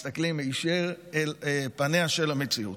מסתכלים היישר אל פניה של המציאות,